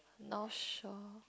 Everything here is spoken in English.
North Shore